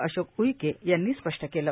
अशोक उईके यांनी स्पष्ट केलं